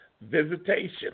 visitation